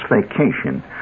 vacation